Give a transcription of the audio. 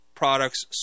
products